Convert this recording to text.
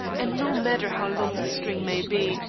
and no matter how long the string may be,